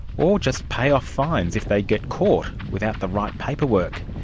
or just pay off fines if they get caught without the right paperwork.